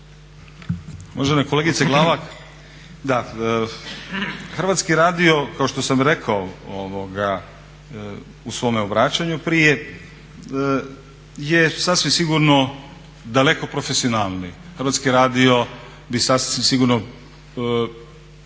Uvažena kolegice Glavak,